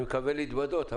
אני מקווה להתבדות,